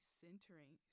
centering